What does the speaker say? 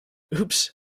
oops